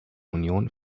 union